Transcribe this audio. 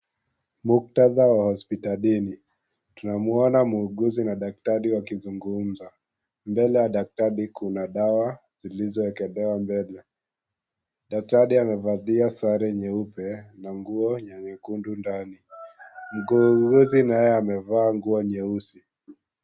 Muktadha wa hospitalini. Tunamuona muuguzi na daktari wakizungumza. Mbele ya daktari kuna dawa zilizowekelewa mbele. Daktari amevalia sare nyeupe na nguo ya nyekundu ndani. Muuguzi naye amevaa nguo nyeusi.